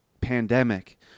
pandemic